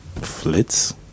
Flitz